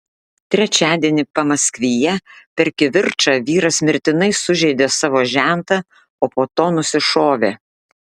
trečiadienį pamaskvyje per kivirčą vyras mirtinai sužeidė savo žentą o po to nusišovė